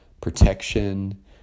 protection